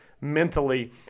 mentally